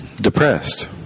depressed